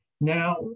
Now